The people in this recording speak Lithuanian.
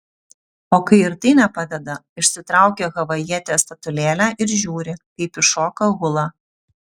o kai ir tai nepadeda išsitraukia havajietės statulėlę ir žiūri kaip ji šoka hulą